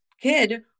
kid